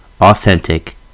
authentic